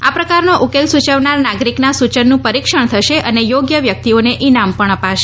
આ પ્રકારનો ઉકેલ સૂચવનાર નાગરિકના સૂચનનું પરિક્ષણ થશે અને થોગ્ય વ્યક્તિઓને ઇનામ પણ અપાશે